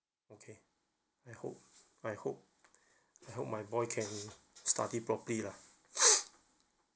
okay I hope I hope I hope my boy can study properly lah